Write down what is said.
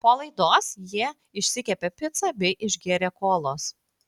po laidos jie išsikepė picą bei išgėrė kolos